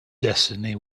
destiny